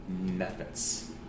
methods